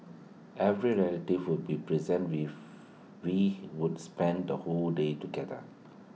every relative would be present rife we would spend the whole day together